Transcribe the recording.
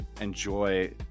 enjoy